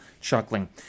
chuckling